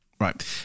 Right